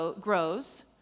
grows